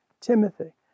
Timothy